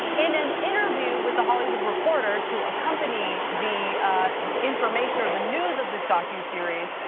in an interview with the hollywood reporter to accompany the information or the news of this docu-series,